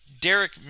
Derek